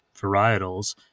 varietals